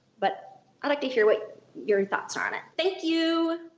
but i'd like to hear what your thoughts are on it. thank you.